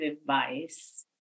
advice